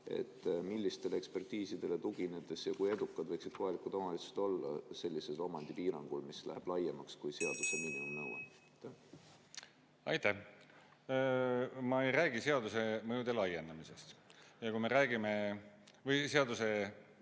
Millistele ekspertiisidele tuginetakse? Ja kui edukad võiksid kohalikud omavalitsused olla sellisel omandi piirangul, mis läheb laiemaks kui seaduse miinimumnõue? Aitäh! Ma ei räägi seaduse mõtte laiendamisest kohaliku omavalitsuse